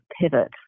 pivot